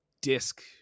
disc